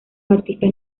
artistas